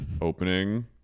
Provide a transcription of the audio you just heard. opening